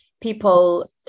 people